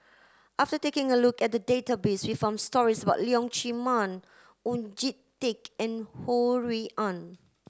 after taking a look at the database we found stories about Leong Chee Mun Oon Jin Teik and Ho Rui An